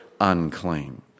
unclean